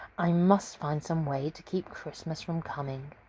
i must find some way to keep christmas from coming!